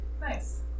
Nice